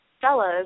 fellas